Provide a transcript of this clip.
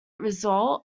result